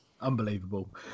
unbelievable